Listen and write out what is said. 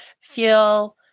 feel